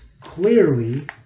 clearly